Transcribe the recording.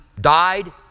died